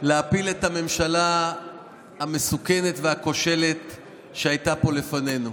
להפיל את הממשלה המסוכנת והכושלת שהייתה פה לפנינו.